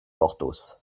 porthos